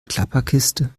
klapperkiste